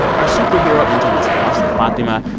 our superhero intern is hafsa fathima,